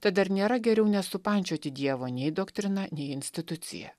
tad ar nėra geriau nesupančioti dievo nei doktrina nei institucija